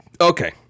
Okay